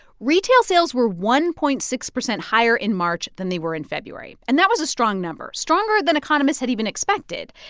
retail sales were one point six zero higher in march than they were in february. and that was a strong number stronger than economists had even expected.